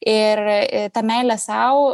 ir ta meilė sau